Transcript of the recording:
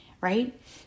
right